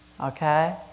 okay